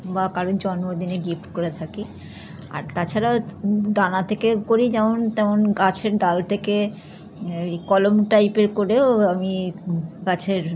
বা কারোর জন্মদিনে গিফট করে থাকি আর তাছাড়া দানা থেকে করি যেমন তেমন গাছের ডাল থেকে ওই কলম টাইপের করেও আমি গাছের